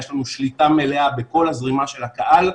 יש לנו שליטה מלאה בכל הזרימה של הקהל.